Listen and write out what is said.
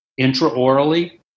intraorally